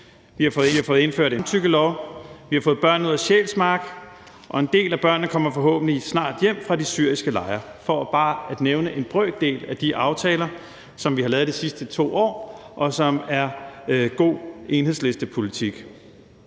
vi har fået indført en samtykkelov; vi har fået børnene ud af Sjælsmark; og en del af børnene kommer forhåbentlig snart hjem fra de syriske lejre – for bare at nævne en brøkdel af de aftaler, som vi har lavet de sidste 2 år, og som er god Enhedslistepolitik.